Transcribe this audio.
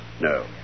No